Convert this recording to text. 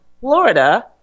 Florida